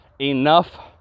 enough